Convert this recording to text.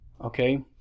okay